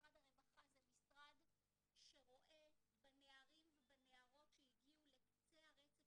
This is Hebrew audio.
משרד הרווחה זה משרד שרואה בנערים ובנערות שהגיעו לקצה הרצף